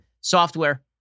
software